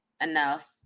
enough